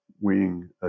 wing